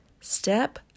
step